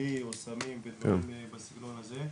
פלילי או סמים ודברים בסגנון הזה.